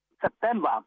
September